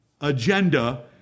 agenda